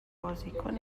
بازیکن